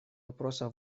вопроса